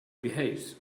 behaves